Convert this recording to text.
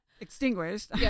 extinguished